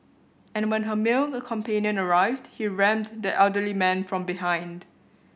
and when her male companion arrived he rammed the elderly man from behind